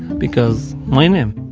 because my name.